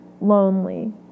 lonely